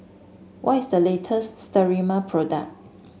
what is the latest Sterimar product